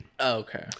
okay